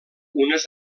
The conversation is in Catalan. unes